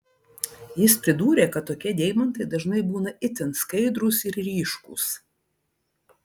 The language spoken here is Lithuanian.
jis pridūrė kad tokie deimantai dažnai būna itin skaidrūs ir ryškūs